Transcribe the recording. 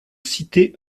cité